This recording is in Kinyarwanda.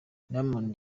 diamond